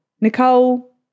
Nicole